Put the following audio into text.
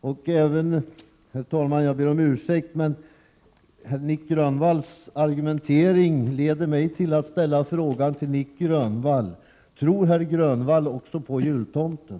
Jag ber om ursäkt, herr talman, men Nic Grönvalls argumentering gör att jag måste fråga Nic Grönvall: Tror herr Grönvall också på jultomten?